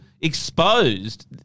exposed